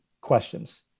questions